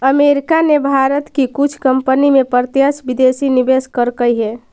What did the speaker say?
America ने भारत की कुछ कंपनी में प्रत्यक्ष विदेशी निवेश करकई हे